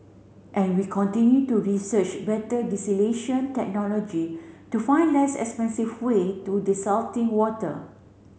and we continue to research better technology to find less expensive way to desalting water